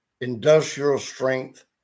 industrial-strength